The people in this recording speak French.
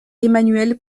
emmanuel